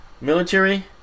military